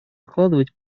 откладывать